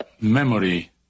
memory